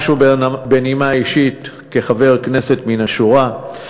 משהו בנימה אישית כחבר כנסת מן השורה.